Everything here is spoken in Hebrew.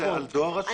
מה זה דואר רשום?